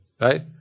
Right